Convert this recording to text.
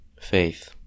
Faith